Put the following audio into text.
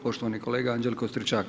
Poštovani kolega Anđelko Stričak.